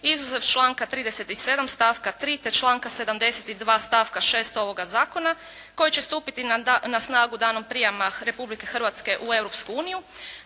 izuzev članka 37. stavka 3., te članka 72. stavka 6. ovoga Zakona, koji će stupiti na snagu danom prijema Republike Hrvatske u